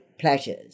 pleasures